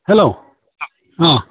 hello अ